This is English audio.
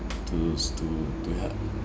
to to to help